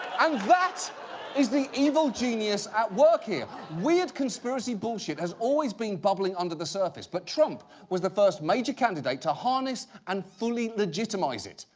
um that's the evil genius at work here. weird conspiracy bullshit has always been bubbling under the surface, but trump was the first major candidate to harness and fully legitimize it.